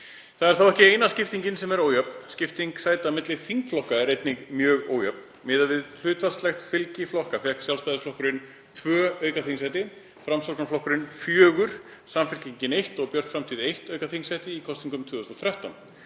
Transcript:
Það er þó ekki eina skiptingin sem er ójöfn. Skipting sæta milli þingflokka er einnig mjög ójöfn. Miðað við hlutfallslegt fylgi flokka fékk Sjálfstæðisflokkurinn tvö aukaþingsæti, Framsóknarflokkurinn fjögur, Samfylkingin eitt og Björt framtíð eitt aukaþingsæti í kosningunum 2013.